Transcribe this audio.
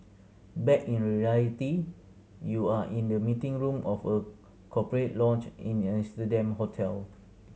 back in reality you are in the meeting room of a corporate lounge in an Amsterdam hotel